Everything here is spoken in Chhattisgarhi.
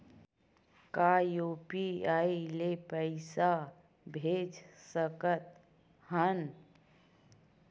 का यू.पी.आई ले पईसा भेज सकत हन?